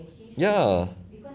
ya